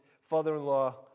father-in-law